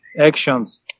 actions